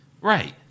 right